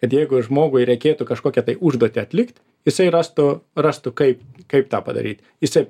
kad jeigu žmogui reikėtų kažkokią tai užduotį atlikt jisai rastų rastų kaip kaip tą padaryt jisai